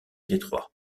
détroit